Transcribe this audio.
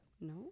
no